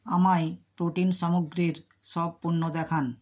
আমায় প্রোটিন সামগ্রীর সব পণ্য দেখান